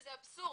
שזה אבסורד.